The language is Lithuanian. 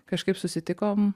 kažkaip susitikom